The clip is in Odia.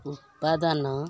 ଉପାଦାନ